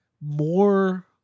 more